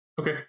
Okay